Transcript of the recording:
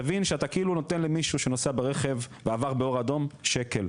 תבין שאתה כאילו נותן למישהו שנוסע ברכב ועבר באור אדום לשלם שקל,